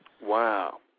Wow